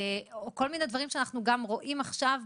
או כל מיני דברים שאנחנו גם רואים עכשיו,